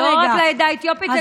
לא רק לעדה האתיופית,